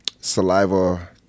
saliva